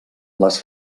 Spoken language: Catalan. les